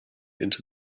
into